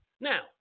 Now